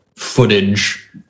Footage